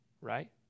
Right